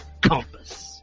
compass